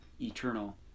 eternal